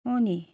अँ नि